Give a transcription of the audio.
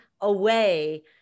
away